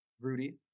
Rudy